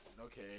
Okay